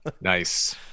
Nice